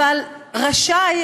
אבל "רשאי".